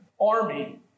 army